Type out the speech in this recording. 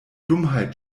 dummheit